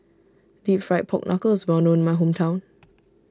Deep Fried Pork Knuckle is well known in my hometown